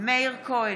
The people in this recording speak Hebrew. מאיר כהן,